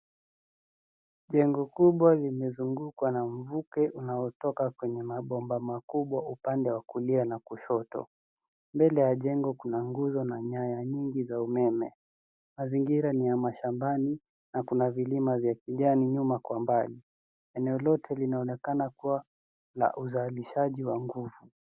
Jengo kubwa limezungukwa na mvuke unaotoka kwenye mabomba makubwa upande wa kulia na kushoto. Mbele ya jengo kuna nguzo na nyaya nyingi za umeme. Mazingira ni ya mashambani na kuna vilima vya kijani nyuma kwa mbali. Eneo lote linaonekana kuwa na uzalishaji wa nguvu.